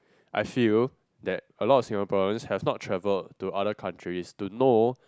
I feel that a lot of Singaporeans have not travelled to other countries to know